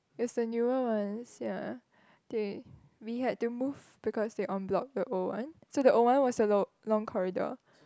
is the newer one sia they we had to move because they on bloc the old one so the old one was the low long corridor